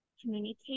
communicate